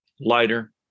lighter